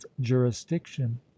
jurisdiction